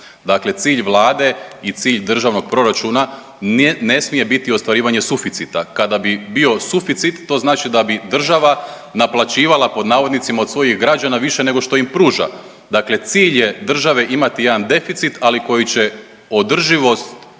Dakle, cilj vlade i cilj državnog proračuna ne smije biti ostvarivanje suficita. Kada bi bio suficit to znači da bi država „naplaćivala“ od svojih građana više nego što im pruža, dakle cilj je države imati jedan deficit, ali koji će održivost,